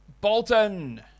Bolton